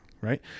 right